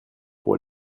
pour